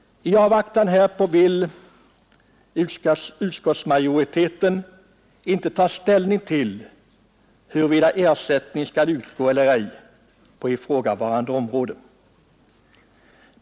I avvaktan därpå vill utskottsmajoriteten inte ta ställning till huruvida ersättning skall utgå eller ej på ifrågavarande område.